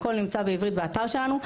הכול נמצא בעברית באתר שלנו.